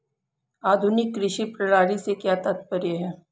आधुनिक कृषि प्रणाली से क्या तात्पर्य है?